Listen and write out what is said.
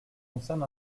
concerne